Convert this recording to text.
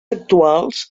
actuals